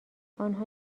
آنها